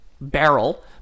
barrel